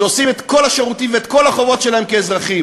שעושים את כל השירותים ואת כל החובות שלהם כאזרחים,